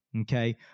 Okay